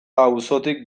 auzotik